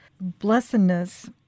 blessedness